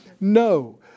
No